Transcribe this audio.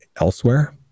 elsewhere